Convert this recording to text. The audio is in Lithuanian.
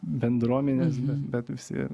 bendruomenės bet visi